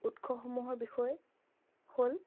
উৎসসমূহৰ বিষয় হ'ল